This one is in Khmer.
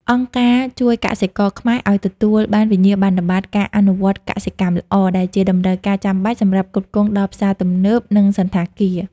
អង្គការជួយកសិករខ្មែរឱ្យទទួលបានវិញ្ញាបនបត្រការអនុវត្តកសិកម្មល្អ ដែលជាតម្រូវការចាំបាច់សម្រាប់ផ្គត់ផ្គង់ដល់ផ្សារទំនើប និងសណ្ឋាគារ។